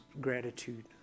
gratitude